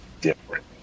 different